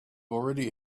already